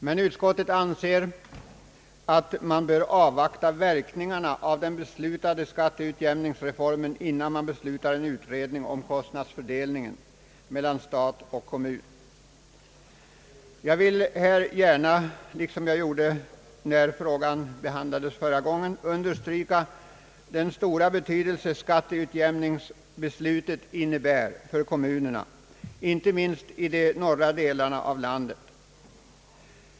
Men utskottet anser att man bör avvakta verkningarna av den beslutade skatteutjämningsreformen innan man begär en utredning om kostnadsfördelningen mellan staten, landstingen och kommunerna. Liksom jag gjorde när frågan behandlades förra gången, vill jag gärna understryka den stora betydelse skatteutjämningsbeslutet innebär för kommunerna, inte minst i de norra delarna av landet.